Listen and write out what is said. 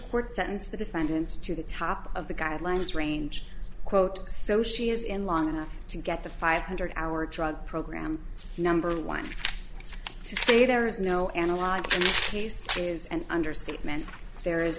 court sentenced the defendant to the top of the guidelines range quote so she is in long enough to get the five hundred hour drug program number one say there is no analog case is an understatement there is